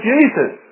Jesus